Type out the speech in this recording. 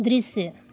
दृश्य